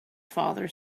father